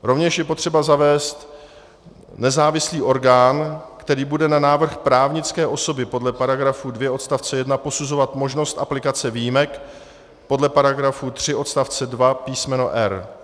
Rovněž je potřeba zavést nezávislý orgán, který bude na návrh právnické osoby podle § 2 odst. 1 posuzovat možnost aplikace výjimek podle § 3 odst. 2 písm. r).